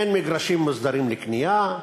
אין מגרשים מוסדרים לקנייה,